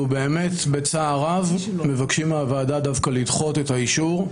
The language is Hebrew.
באמת בצער רב מבקשים מהוועדה דווקא לדחות את האישור.